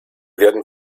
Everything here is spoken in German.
werden